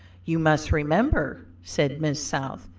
you must remember, said miss south,